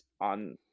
on